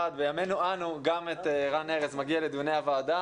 בימינו אנו גם את רן ארז מגיע לדיוני הוועדה